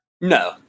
No